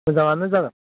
मोजांआनो जागोन